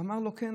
אמר לו: כן,